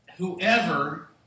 Whoever